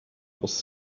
was